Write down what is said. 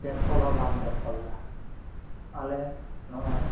ᱵᱮᱠ ᱠᱚᱞᱦᱚᱸ ᱵᱟᱢ ᱵᱮᱠ ᱠᱚᱞᱮᱫᱟ ᱟᱞᱮ ᱱᱚᱜᱼᱚᱭ